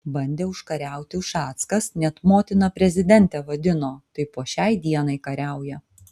bandė užkariauti ušackas net motina prezidentę vadino tai po šiai dienai kariauja